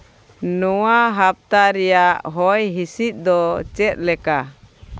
ᱱᱚᱣᱟ ᱦᱟᱯᱛᱟ ᱨᱮᱭᱟᱜ ᱦᱚᱭ ᱦᱤᱸᱥᱤᱫ ᱫᱚ ᱪᱮᱫ ᱞᱮᱠᱟ